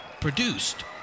produced